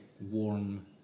warm